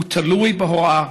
הוא תלוי בהוראה,